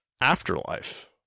afterlife